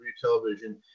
television